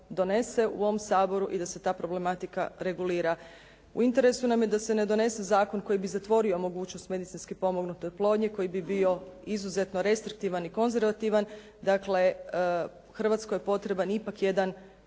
u ovom Saboru i da se ta problematika regulira. U interesu nam je da se ne donese zakon koji bi zatvorio mogućnost medicinski potpomognute oplodnje koji bi bio izuzetno restriktivan i konzervativan. Dakle Hrvatskoj je potreban ipak jedan